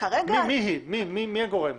מי הגורם?